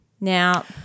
Now